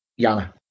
Yana